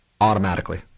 automatically